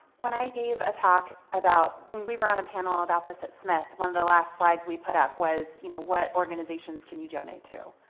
when i gave a talk about, when we were on a panel about this at smith, one of the last slides we put up was, you know, what organizations can you donate to,